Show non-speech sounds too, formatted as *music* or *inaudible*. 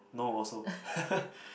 no also *laughs*